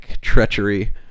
treachery